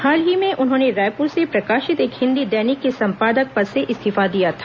हाल ही में उन्होंने रायपुर से प्रकाशित एक हिन्दी दैनिक के संपादक पद से इस्तीफा दिया था